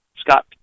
Scott